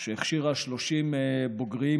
שהכשירה 30 בוגרים